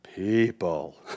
People